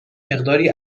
مقداری